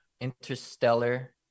Interstellar